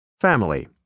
Family